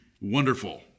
wonderful